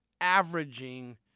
averaging